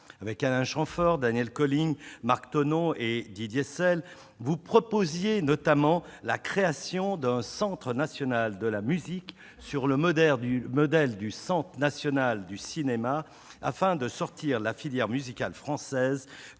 Avec Alain Chamfort, Daniel Colling, Marc Thonon et Didier Selles, vous proposiez notamment la création d'un centre national de la musique, sur le modèle du Centre national du cinéma, afin de sortir la filière musicale française